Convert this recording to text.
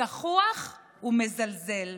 זחוח ומזלזל,